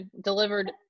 delivered